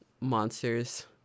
monsters